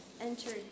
entered